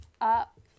up